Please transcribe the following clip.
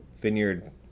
vineyard